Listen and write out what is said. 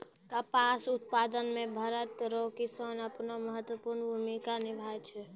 कपास उप्तादन मे भरत रो किसान अपनो महत्वपर्ण भूमिका निभाय छै